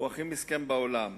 הוא הכי מסכן בעולם.